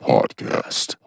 Podcast